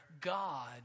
God